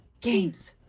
Games